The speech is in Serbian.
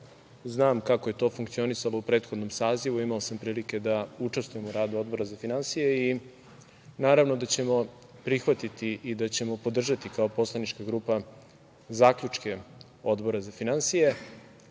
Znam kako je to funkcionisalo u prethodnom sazivu, imao sam prilike da učestvujem u radu Odbora za finansije. Naravno da ćemo prihvatiti i da ćemo podržati kao poslanička grupa zaključke Odbora za finansije